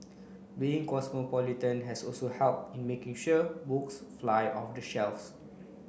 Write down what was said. being cosmopolitan has also helped in making sure books fly off the shelves